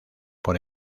por